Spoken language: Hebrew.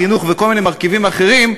חינוך וכל מיני מרכיבים אחרים,